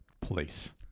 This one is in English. place